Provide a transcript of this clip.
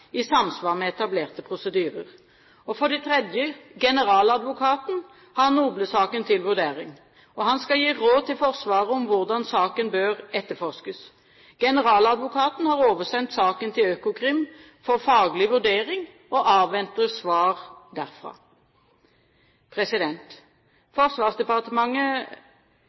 i samsvar med etablerte prosedyrer. Generaladvokaten har NOBLE-saken til vurdering. Han skal gi råd til Forsvaret om hvordan saken bør etterforskes. Generaladvokaten har oversendt saken til Økokrim for faglig vurdering og avventer svar derfra.